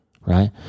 right